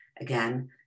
again